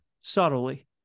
subtly